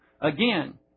again